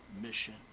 mission